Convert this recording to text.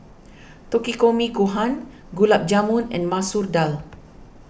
Takikomi Gohan Gulab Jamun and Masoor Dal